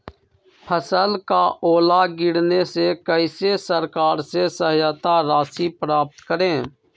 फसल का ओला गिरने से कैसे सरकार से सहायता राशि प्राप्त करें?